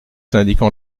indiquant